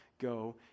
Go